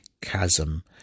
chasm